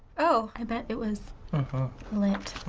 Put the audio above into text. oh, i bet it was lit.